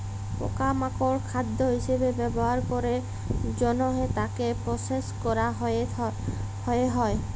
পকা মাকড় খাদ্য হিসবে ব্যবহার ক্যরের জনহে তাকে প্রসেস ক্যরা হ্যয়ে হয়